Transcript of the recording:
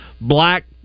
black